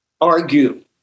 argue